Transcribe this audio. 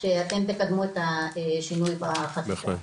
שאתם תקדמו את השינוי בחקיקה.